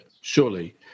surely